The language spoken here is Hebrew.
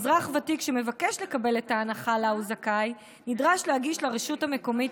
אזרח ותיק שמבקש לקבל את ההנחה שהוא זכאי לה נדרש להגיש לרשות המקומית